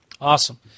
awesome